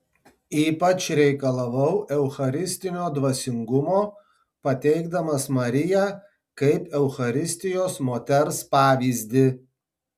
ypač reikalavau eucharistinio dvasingumo pateikdamas mariją kaip eucharistijos moters pavyzdį